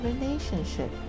relationship